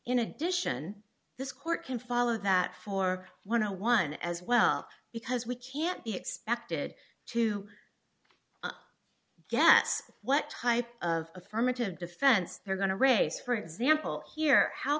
in addition this court can follow that for one to one as well because we can't be expected to yes what type of affirmative defense they're going to raise for example here how